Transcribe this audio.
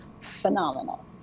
Phenomenal